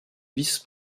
vice